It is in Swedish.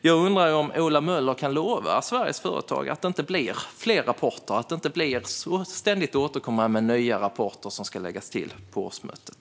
Jag undrar om Ola Möller kan lova Sveriges företag att det inte blir fler rapporter som ska läggas till på årsmötet.